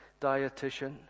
dietitian